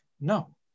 no